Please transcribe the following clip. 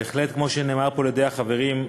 בהחלט, כמו שנאמר פה על-ידי החברים,